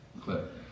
clip